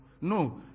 No